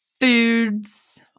foods